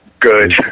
good